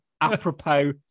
apropos